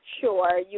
Sure